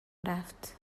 رفت